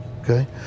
Okay